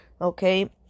Okay